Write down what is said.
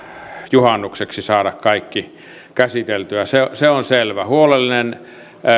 juhannukseksi saada kaikki käsiteltyä se se on selvä huolellinen